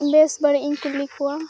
ᱵᱮᱥ ᱵᱟᱹᱲᱤᱡᱽᱤᱧ ᱠᱩᱞᱤ ᱠᱚᱣᱟ